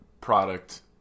product